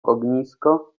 ognisko